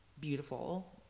beautiful